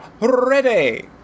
ready